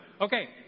Okay